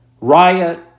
Riot